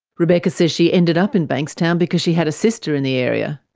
rebecca says she ended up in bankstown because she had a sister in the area.